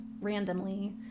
randomly